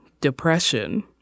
depression